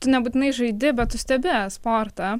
tu nebūtinai žaidi bet stebi sportą